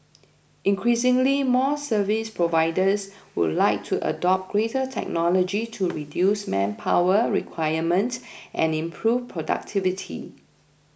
increasingly more service providers would like to adopt greater technology to reduce manpower requirement and improve productivity